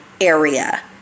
area